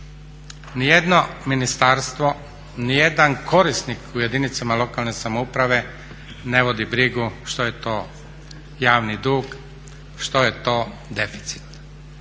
Ni jedno ministarstvo, ni jedan korisnik u jedinicama lokalne samouprave ne vodi brigu što je to javni dug, što je to deficit.